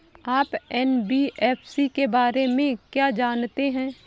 आप एन.बी.एफ.सी के बारे में क्या जानते हैं?